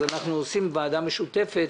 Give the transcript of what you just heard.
אז אנחנו עושים ועדה משותפת